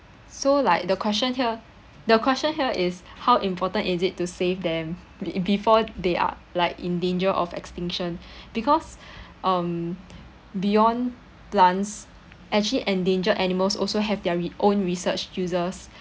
so like the question here the question here is how important is it to save them e~ before they are like in danger of extinction because um beyond plants actually endangered animals also have their re~ own research uses